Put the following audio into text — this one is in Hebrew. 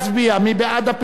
מי בעד הפיצול?